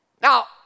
Now